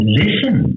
listen